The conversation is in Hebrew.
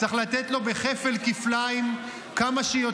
-- צריך לתת לו כפל-כפליים, כמה שיותר.